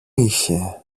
είχε